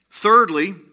Thirdly